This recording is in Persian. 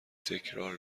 تکرار